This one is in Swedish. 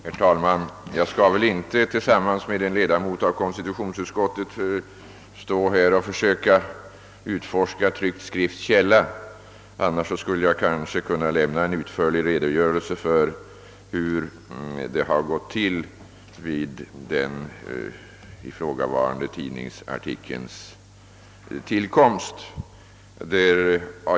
Herr talman! Jag skall väl inte tillsammans med en ledamot av konstitutionsutskottet stå här och försöka utforska tryckt skrifts källa. Annars skulle jag kanske kunna lämna en utförlig redogörelse för hur det har gått till vid ifrågavarande artikels tillkomst.